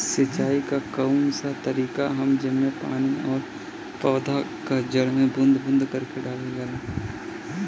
सिंचाई क कउन सा तरीका ह जेम्मे पानी और पौधा क जड़ में बूंद बूंद करके डालल जाला?